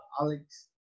Alex